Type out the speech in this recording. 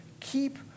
Keep